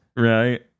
Right